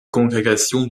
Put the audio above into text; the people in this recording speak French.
congrégations